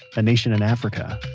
a nation in africa